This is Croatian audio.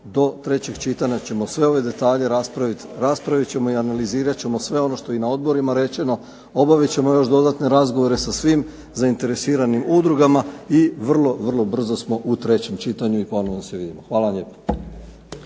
do trećeg čitanja ćemo sve ove detalje raspraviti, raspravit ćemo i analizirat ćemo sve ono što je i na odborima rečeno. Obavit ćemo još dodatne razgovore sa svim zainteresiranim udrugama i vrlo, vrlo brzo smo u trećem čitanju i ponovno se vidimo. Hvala vam lijepa.